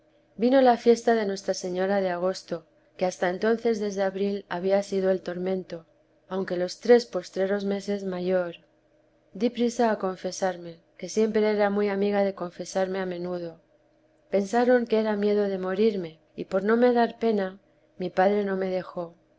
vino la fiesta de nuestra señora de agosto que hasta entonces desde abril había sido el tormento aunque los tres postreros meses mayor di priesa a confesarme que siempre era muy amiga de confesarme a menudo pensaron que era miedo de morirme y por no me dar pena mi padre no me dejó